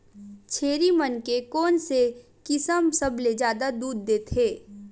छेरी मन के कोन से किसम सबले जादा दूध देथे?